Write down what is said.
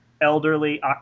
elderly